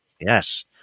Yes